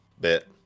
bit